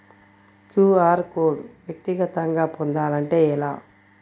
QR code వ్యక్తిగతంగా పొందాలంటే ఎలా?